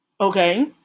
Okay